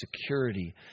security